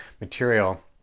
material